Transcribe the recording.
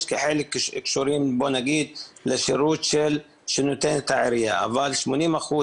יש חלק שקשורים לשירות שנותנת העירייה אבל 80%